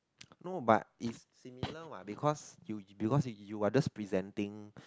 no but is similar what because you because you are just presenting